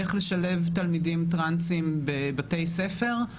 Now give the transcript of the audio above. איך לשלב תלמידים טרנסים בבתי ספר,